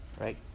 right